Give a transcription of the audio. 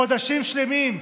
חודשים שלמים,